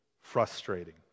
frustrating